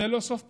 זה לא סוף פסוק,